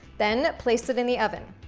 then, place it in the oven.